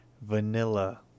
vanilla